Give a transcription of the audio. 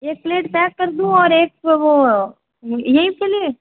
एक plate pack कर दूँ और एक वो के लिए